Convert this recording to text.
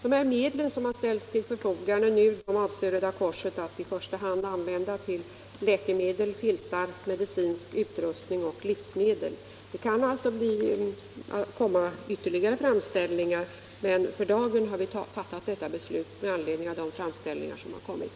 De medel som nu ställts till förfogande avser Röda korset att i första hand använda till läkemedel, filtar, medicinsk utrustning och livsmedel. Det kan alltså komma ytterligare framställningar, men för dagen har vi fattat detta beslut med anledning av de framställningar som nu gjorts.